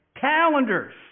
Calendars